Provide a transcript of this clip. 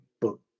book